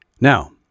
Now